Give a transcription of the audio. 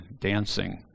dancing